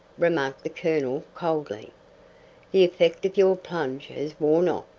remarked the colonel, coldly. the effect of your plunge has worn off,